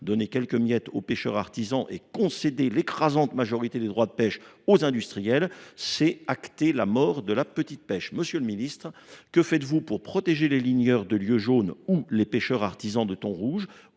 Donner quelques miettes aux pêcheurs artisans et concéder l’écrasante majorité des droits de pêche aux industriels, c’est acter la mort de la petite pêche. Monsieur le secrétaire d’État, que faites vous pour protéger les ligneurs de lieu jaune ou les pêcheurs artisans de thon rouge ?